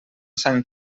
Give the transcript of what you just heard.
sant